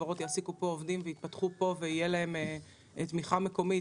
חברות יעסיקו פה עובדים ויתפתחו פה ותהיה להן תמיכה מקומית,